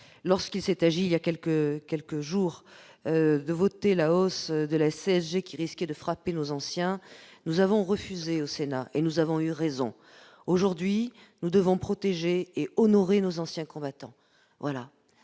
Lorsqu'il s'est agi, il y a quelques jours, de voter la hausse de la CSG qui risquait de frapper nos anciens, nous avons refusé, au Sénat, et nous avons eu raison. Aujourd'hui, nous devons protéger et honorer nos anciens combattants.